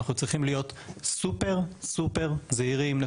אנחנו צריכים להיות סופר-סופר זהירים.